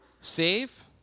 save